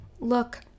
look